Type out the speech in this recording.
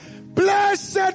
Blessed